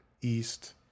east